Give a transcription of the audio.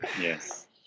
Yes